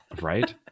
right